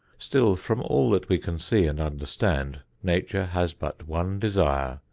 still from all that we can see and understand, nature has but one desire,